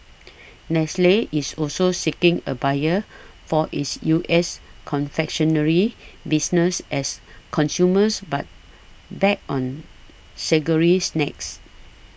Nestle is also seeking a buyer for its U S confectionery business as consumers but back on sugary snacks